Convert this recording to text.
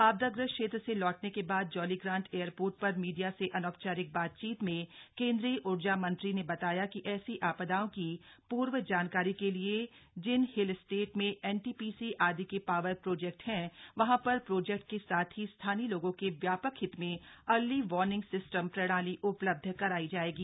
आपदाग्रस्त क्षेत्र से लौटने के बाद जौलीग्रान्ट एयरपोर्ट पर मीडिया से अनौपचारिक बातचीत में केन्द्रीय ऊर्जा मंत्री ने बताया कि ऐसी आपदाओं की पूर्व जानकारी के लिए जिन हिल स्टेट में एनटीपीसी आदि के पावर प्रोजेक्ट हैं वहां पर प्रोजेक्ट के साथ ही स्थानीय लोगों के व्यापक हित में अर्ली वॉर्निंग सिस्टम प्रणाली उपलब्ध करायी जायेगी